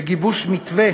בגיבוש מתווה